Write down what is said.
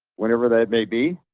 whenever that may be.